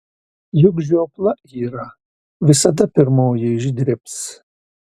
juk žiopla yra visada pirmoji išdribs